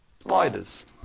spiders